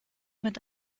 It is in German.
mit